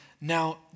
now